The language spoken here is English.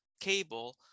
cable